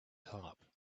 top